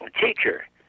teacher